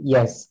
Yes